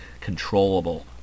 controllable